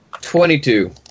Twenty-two